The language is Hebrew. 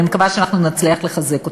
ואני מקווה שאנחנו נצליח לחזק אותם.